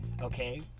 okay